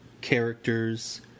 characters